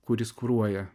kuris kuruoja